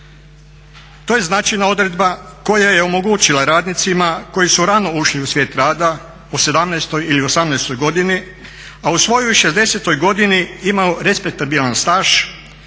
To je značajna odredba koja je omogućila radnicima koji su rano ušli u svijet rada, u 17. ili 18. godini, a u svojoj 60. godini imaju respektabilan staž,